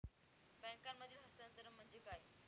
बँकांमधील हस्तांतरण म्हणजे काय?